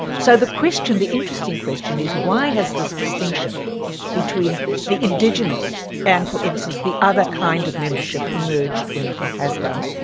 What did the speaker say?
so the question, the interesting question, is why has this distinction between the indigenous and, for instance, the other kind of membership, emerged when it it has done?